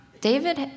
David